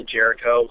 Jericho